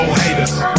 haters